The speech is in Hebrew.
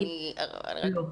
לא,